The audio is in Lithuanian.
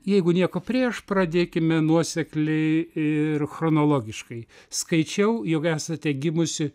jeigu nieko prieš pradėkime nuosekliai ir chronologiškai skaičiau jog esate gimusi